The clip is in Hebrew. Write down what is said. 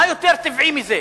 מה יותר טבעי מזה,